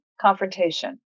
confrontation